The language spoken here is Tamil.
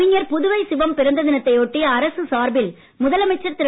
கவிஞர் புதுவை சிவம் பிறந்த தினத்தை ஒட்டி அரசு சார்பில் முதலமைச்சர் திரு